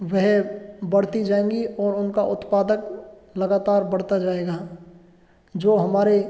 वह बढ़ती जाएँगी और उनका उत्पादक लगातार बढ़ता जाएगा जो हमारे